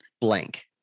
blank